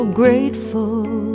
grateful